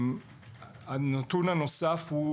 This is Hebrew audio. הנתון הנוסף הוא,